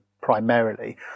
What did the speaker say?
primarily